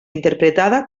interpretada